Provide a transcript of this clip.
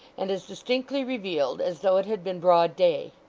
and as distinctly revealed as though it had been broad day.